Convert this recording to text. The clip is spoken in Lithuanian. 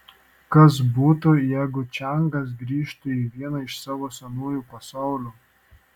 kas būtų jeigu čiangas grįžtų į vieną iš savo senųjų pasaulių